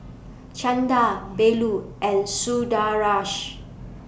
Chanda Bellur and Sundaresh